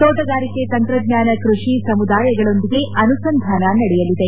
ತೋಟಗಾರಿಕೆ ತಂತ್ರಜ್ವಾನ ಕೃಷಿ ಸಮುದಾಯಗಳೊಂದಿಗೆ ಅನುಸಂದಾನ ನಡೆಯಲಿದೆ